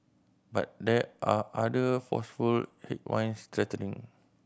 but there are other forceful headwinds threatening